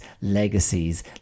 legacies